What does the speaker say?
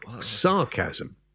Sarcasm